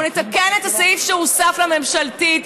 אנחנו נתקן את הסעיף שהוסף להצעה הממשלתית